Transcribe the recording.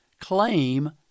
claim